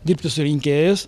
dirbti su rinkėjais